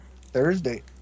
Thursday